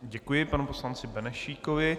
Děkuji panu poslanci Benešíkovi.